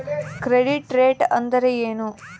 Credit rate ಅಂದರೆ ಏನು?